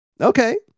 Okay